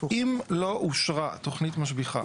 אם לא אושרה תוכנית משביחה